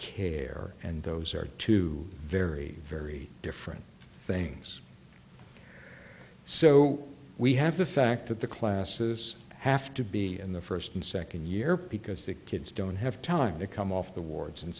care and those are two very very different things so we have the fact that the classes have to be in the first and second year because the kids don't have time to come off the wards and